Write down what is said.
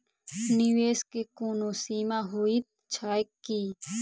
निवेश केँ कोनो सीमा होइत छैक की?